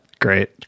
Great